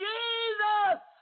Jesus